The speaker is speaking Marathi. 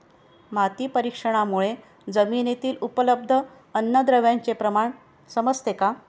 माती परीक्षणामुळे जमिनीतील उपलब्ध अन्नद्रव्यांचे प्रमाण समजते का?